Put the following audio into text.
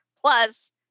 plus